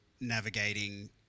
navigating